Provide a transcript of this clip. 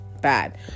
bad